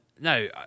No